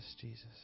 Jesus